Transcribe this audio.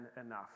enough